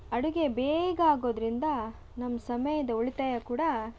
ಅಡುಗೆ ಬೇಗ ಆಗೋದರಿಂದ ನಮ್ಮ ಸಮಯದ ಉಳಿತಾಯ ಕೂಡ